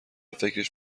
فکرش